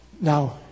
Now